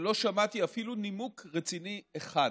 שלא שמעתי אפילו נימוק רציני אחד.